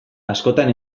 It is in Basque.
askotan